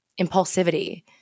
impulsivity